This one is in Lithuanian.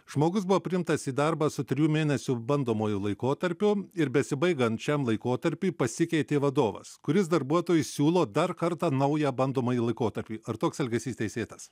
žmogus buvo priimtas į darbą su trijų mėnesių bandomuoju laikotarpiu ir besibaigiant šiam laikotarpiui pasikeitė vadovas kuris darbuotojai siūlo dar kartą naują bandomąjį laikotarpį ar toks elgesys teisėtas